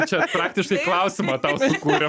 čia praktiškai klausimą tau sukūrėm